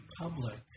public